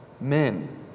Men